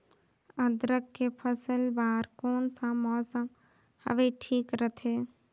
अदरक के फसल बार कोन सा मौसम हवे ठीक रथे?